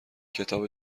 کتاب